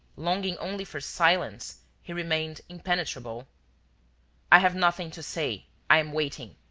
longing only for silence, he remained impenetrable i have nothing to say i am waiting.